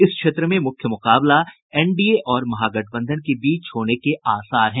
इस क्षेत्र में मुख्य मुकाबला एनडीए और महागठबंधन के बीच होने के आसार हैं